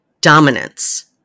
dominance